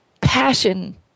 Passion